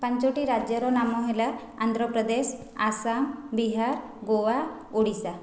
ପାଞ୍ଚୋଟି ରାଜ୍ୟର ନାମ ହେଲା ଆନ୍ଧ୍ରପ୍ରଦେଶ ଆସାମ ବିହାର ଗୋଆ ଓଡ଼ିଶା